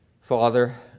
Father